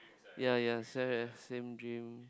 ya ya sa~ same dream